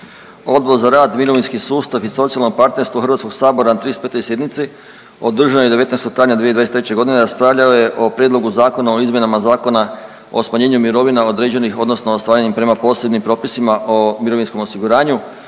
Odbor za rad, mirovinski sustav i socijalno partnerstvo HS na 35. sjednici održanoj 19. travnja 2023.g. raspravljao je o Prijedlogu zakona o izmjenama Zakona o smanjenju mirovina određenih odnosno ostvarenih prema posebnim propisima o mirovinskom osiguranju